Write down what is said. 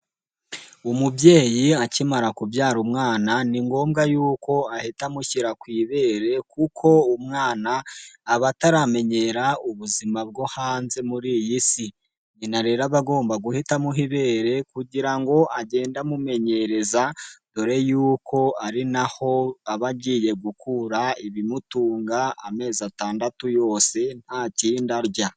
Umubyeyi akimara kubyara umwana ni ngombwa yuko ahita amushyira ku ibere kuko umwana aba ataramenyera ubuzima bwo hanze muri iyi si. Nyina rero aba agomba guhitamuha ibere kugira ngo agenda amumenyereza dore yuko ari naho aba agiye gukura ibimutunga amezi atandatu yose nta kindi arya.